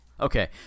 Okay